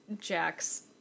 Jack's